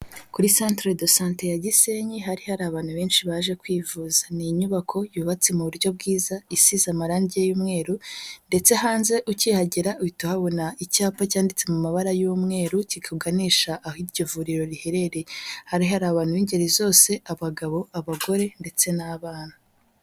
Kuri centre de sante ya gisenyi hari hari abantu benshi baje kwivuza, ni inyubako yubatse mu buryo bwiza, isize amarange y'umweru, ndetse hanze ukihagera uhita uhabona icyapa cyanditse mu mabara y'umweru, kikuganisha aho iryo vuriro riherereye, hari hari abantu b'ingeri zose abagabo abagore ndetse n'abana.